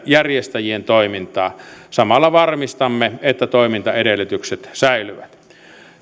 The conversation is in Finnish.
järjestäjien toimintaa samalla varmistamme että toimintaedellytykset säilyvät